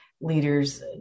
leaders